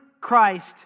Christ